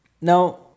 Now